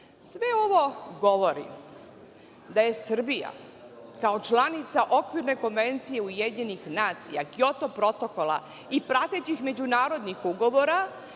ovo govori da je Srbija kao članica okvirne konvencije UN, Kjoto protokola i pratećih međunarodnih ugovora,